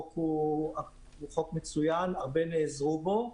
זה חוק מצוין, הרבה נעזרו בו.